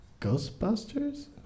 Ghostbusters